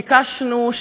ביקשנו,